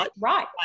Right